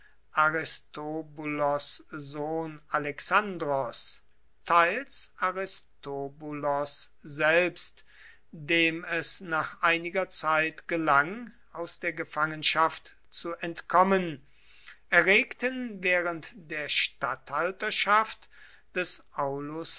alexandros teils aristobulos selbst dem es nach einiger zeit gelang aus der gefangenschaft zu entkommen erregten während der statthalterschaft des aulus